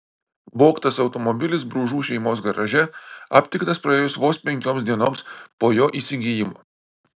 vogtas automobilis bružų šeimos garaže aptiktas praėjus vos penkioms dienoms po jo įsigijimo